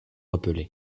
rappeler